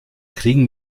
kriegen